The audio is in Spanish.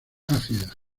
ácidas